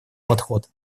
подход